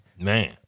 Man